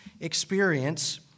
experience